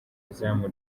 izamu